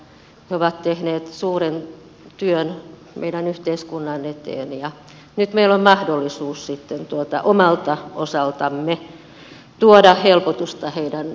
he ovat tehneet suuren työn meidän yhteiskuntamme eteen ja nyt meillä on mahdollisuus sitten omalta osaltamme tuoda helpotusta heidän vanhuuteensa